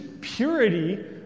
purity